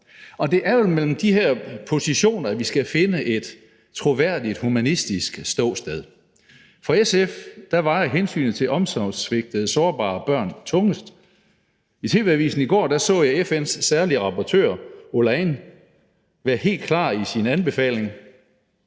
Og det er vel mellem de her positioner, at vi skal finde et troværdigt humanistisk ståsted. For SF vejer hensynet til omsorgssvigtede sårbare børn tungest. I tv-avisen i går så jeg FN's særlige rapportør, Aoláin, være helt klar i sin anbefaling.